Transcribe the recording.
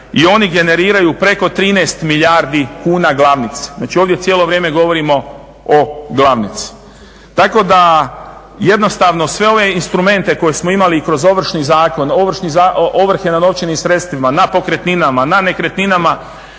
i oni generiraju preko 13 milijardi kuna glavnice. Znači, ovdje cijelo vrijeme govorimo o glavnici. Tako da jednostavno sve ove instrumente koje smo imali i kroz Ovršni zakon, ovrhe na novčanim sredstvima, na pokretninama, na nekretninama